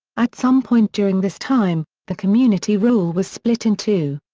at some point during this time, the community rule was split in two.